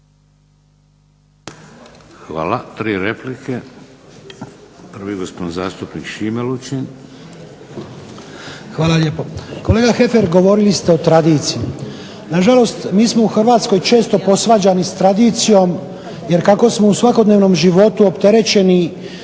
Hvala. Tri replike. Prvi gospodin zastupnik Šime Lučin. **Lučin, Šime (SDP)** Hvala lijepo. Kolega Heffer govorili ste o tradiciji. Na žalost, mi smo u Hrvatskoj često posvađani sa tradicijom, jer kako smo u svakodnevnom životu opterećeni